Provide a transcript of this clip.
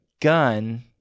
gun